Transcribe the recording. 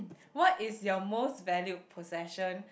what is your most valued possession